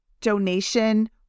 donation